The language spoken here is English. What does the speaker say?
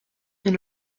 and